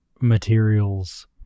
materials